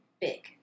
big